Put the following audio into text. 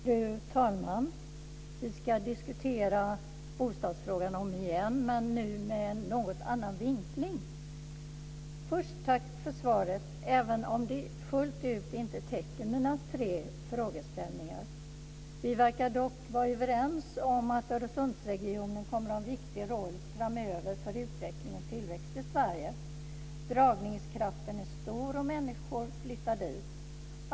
Fru talman! Vi ska diskutera bostadsfrågan om igen, men nu med en något annan vinkling. Först vill jag säga tack för svaret, även om det inte fullt täcker mina tre frågeställningar. Vi verkar dock vara överens om att Öresundsregionen kommer att ha en viktig roll framöver för utveckling och tillväxt i Sverige. Dragningskraften är stor, och människor flyttar dit.